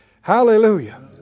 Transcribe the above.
Hallelujah